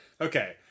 Okay